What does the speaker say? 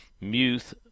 Muth